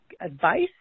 advice